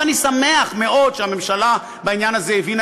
ואני שמח מאוד שהממשלה בעניין הזה הבינה